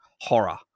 horror